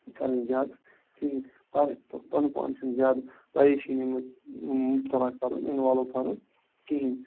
کَرٕنۍ زیادٕ کِہیٖنۍ پانہ پَنُن پان چھِنہٕ زیادٕ پریشٲنی منٛز مُبتلا کَرُن اِنوالُو کَرُن کِہیٖنۍ